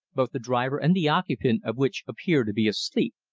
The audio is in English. both the driver and the occupant of which appear to be asleep.